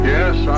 Yes